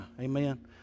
Amen